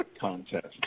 contest